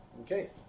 Okay